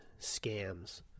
Scams